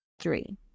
Three